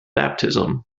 baptism